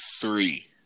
three